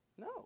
No